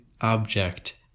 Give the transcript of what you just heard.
object